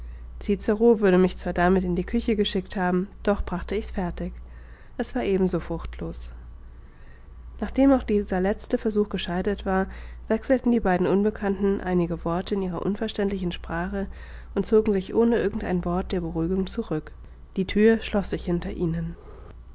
würde mich zwar damit in die küche geschickt haben doch brachte ich's fertig es war eben so fruchtlos nachdem auch dieser letzte versuch gescheitert war wechselten die beiden unbekannten einige worte in ihrer unverständlichen sprache und zogen sich ohne irgend ein wort der beruhigung zurück die thür schloß sich hinter ihnen